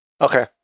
Okay